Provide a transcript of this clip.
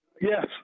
Yes